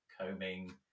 combing